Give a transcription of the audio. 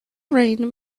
rain